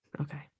Okay